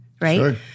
right